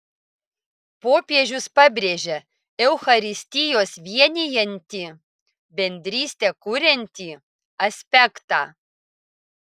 popiežius pabrėžia eucharistijos vienijantį bendrystę kuriantį aspektą